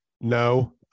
no